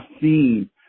seen